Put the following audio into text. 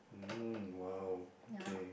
um !wow! okay